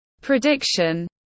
prediction